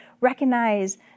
recognize